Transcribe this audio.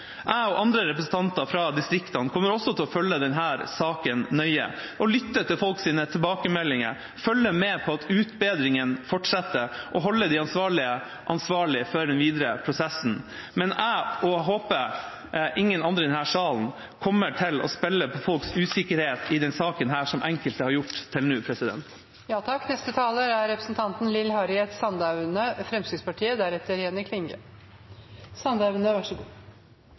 Jeg og andre representanter fra distriktene kommer også til å følge denne saken nøye og lytte til folks tilbakemeldinger, følge med på at utbedringen fortsetter, og holde de ansvarlige ansvarlig for den videre prosessen. Men jeg håper at ingen andre i denne salen kommer til å spille på folks usikkerhet i denne saken, som enkelte har gjort til nå.